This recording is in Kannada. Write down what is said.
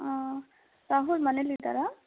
ರಾಹುಲ್ ಮನೆಯಲ್ಲಿದ್ದಾರಾ